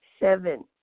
Seven